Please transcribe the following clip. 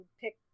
pick